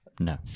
No